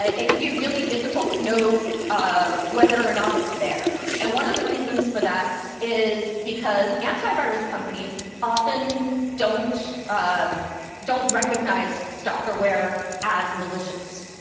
ah it can be really difficult to know ah whether or not it's there. and one of the reasons for that is because antivirus companies often don't um don't recognize stalkerware as malicious.